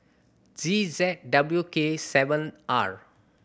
G Z W K seven R